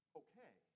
okay